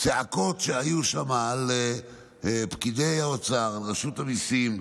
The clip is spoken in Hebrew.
צעקות שהיו שם על פקידי האוצר, על רשות המיסים,